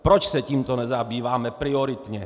Proč se tímto nezabýváme prioritně?